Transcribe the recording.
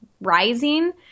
rising